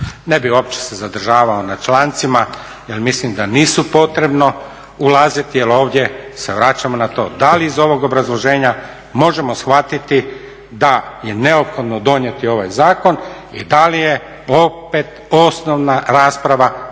se uopće zadržavao na člancima jel mislim da nije potrebno ulaziti jel ovdje se vraćamo na to da li iz ovog obrazloženja možemo shvatiti da je neophodno donijeti ovaj zakon i da li je opet osnovna rasprava da li